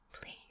Please